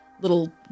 little